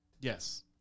Yes